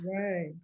Right